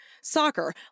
soccer